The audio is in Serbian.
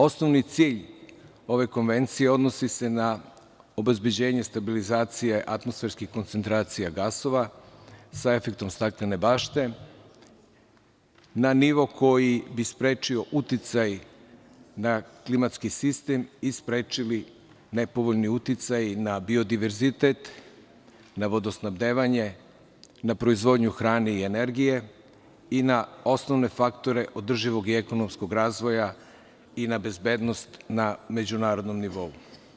Osnovni cilj ove konvencije odnosi se na obezbeđenje stabilizacije atmosferskih koncentracija gasova sa efektom staklene bašte na nivo koji bi sprečio uticaj na klimatski sistem i sprečio nepovoljni uticaj na biodiverzitet, na vodosnabdevanje, na proizvodnju hrane i energije i na osnovne faktore održivog i ekonomskog razvoja i na bezbednost na međunarodnom nivou.